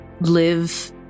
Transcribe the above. live